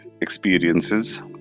experiences